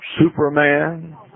Superman